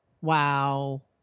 Wow